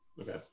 Okay